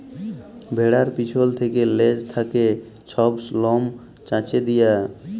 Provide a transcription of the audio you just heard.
ভেড়ার পিছল থ্যাকে লেজ থ্যাকে ছব লম চাঁছে লিয়া